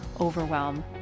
overwhelm